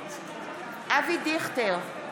אבי דיכטר,